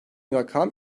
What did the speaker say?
rakam